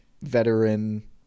veteran